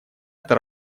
это